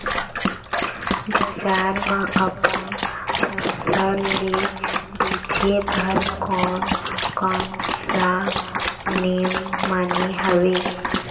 बजार मा अपन फसल ले बेचे बार कोन कौन सा नेम माने हवे?